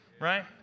right